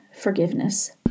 forgiveness